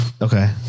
Okay